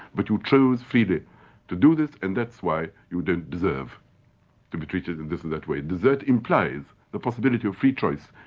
but you chose freely to do this and that's why you don't deserve to be treated in this or that way. desert implies the possibility of free choice,